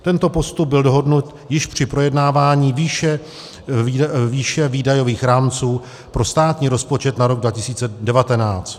Tento postup byl dohodnut již při projednávání výše výdajových rámců pro státní rozpočet na rok 2019.